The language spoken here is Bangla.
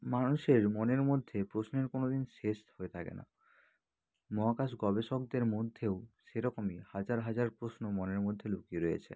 মানুষের মনের মধ্যে প্রশ্নের কোনো দিন শেষে হয়ে থাকে না মহাকাশ গবেষকদের মধ্যেও সেরকমই হাজার হাজার প্রশ্ন মনের মধ্যে লুকিয়ে রয়েছে